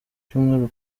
cyumweru